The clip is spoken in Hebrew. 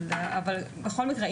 אבל בכל מקרה,